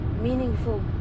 Meaningful